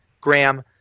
graham